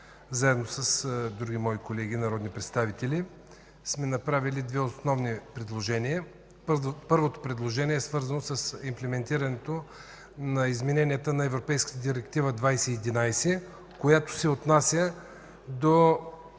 Заедно с други мои колеги народни представители сме направили две основни предложения. Първото предложение е свързано с имплементирането на измененията на европейската Директива 2011, която се отнася до